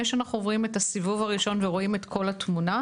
שאנחנו מתחילים את הסיבוב הראשון כשאנחנו רואים את כל התמונה,